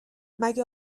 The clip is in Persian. مگه